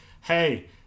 hey